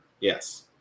yes